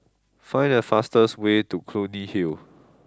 find the fastest way to Clunny Hill